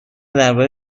درباره